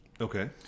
Okay